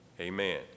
Amen